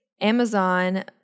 Amazon